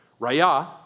raya